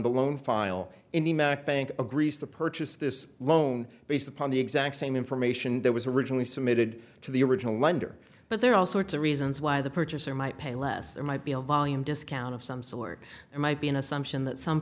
the loan file in the bank agrees to purchase this loan based upon the exact same information that was originally submitted to the original lender but there are all sorts of reasons why the purchaser might pay less there might be a volume discount of some sort there might be an assumption that some